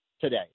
today